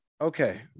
Okay